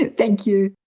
and thank you.